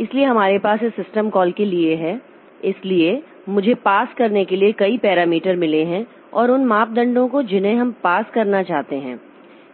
इसलिए हमारे पास इस सिस्टम कॉल के लिए है इसलिए मुझे पास करने के लिए कई पैरामीटर मिले हैं और उन मापदंडों को जिन्हें हम पास करना चाहते हैं